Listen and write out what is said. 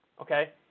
Okay